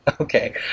okay